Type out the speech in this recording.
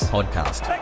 Podcast